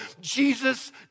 Jesus